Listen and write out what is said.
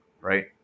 right